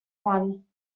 one